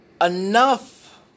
Enough